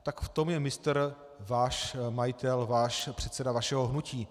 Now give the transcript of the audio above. Tak v tom je mistr váš majitel, předseda vašeho hnutí.